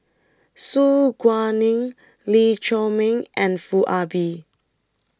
Su Guaning Lee Chiaw Meng and Foo Ah Bee